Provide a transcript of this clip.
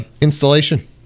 Installation